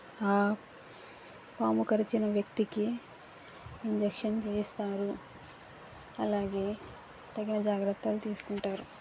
ఆ పాము కరిచిన వ్యక్తికి ఇంజక్షన్ చేస్తారు అలాగే తగిన జాగ్రత్తలు తీసుకుంటారు